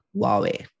Huawei